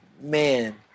man